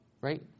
Right